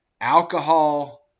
Alcohol